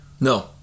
No